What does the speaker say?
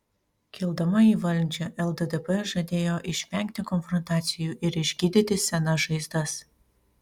kildama į valdžią lddp žadėjo išvengti konfrontacijų ir išgydyti senas žaizdas